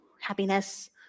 happiness